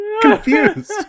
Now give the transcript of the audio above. Confused